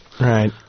Right